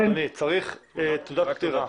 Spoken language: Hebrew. צריך תעודת פטירה.